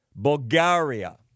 Bulgaria